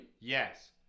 Yes